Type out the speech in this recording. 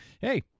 hey